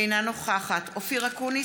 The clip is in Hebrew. אינה נוכחת אופיר אקוניס,